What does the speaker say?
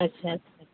ଆଚ୍ଛା